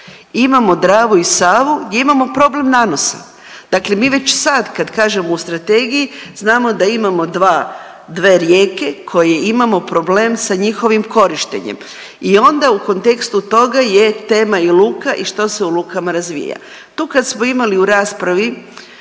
imamo Dravu i Savu gdje imamo problem nanosa. Dakle, mi već sad kad kažemo u strategiji znamo da imamo dve rijeke koje imamo problem sa njihovim korištenjem i onda u kontekstu toga je tema i luka i što se u lukama razvija. Tu kad smo imali u raspravi